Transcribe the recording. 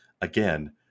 Again